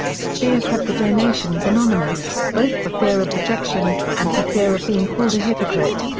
speer kept the donations anonymous, both for fear of rejection, and for fear of being called a hypocrite.